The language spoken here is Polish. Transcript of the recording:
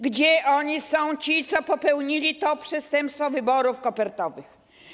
Gdzie oni są, ci, co popełnili to przestępstwo wyborów kopertowych?